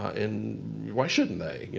and why shouldn't they?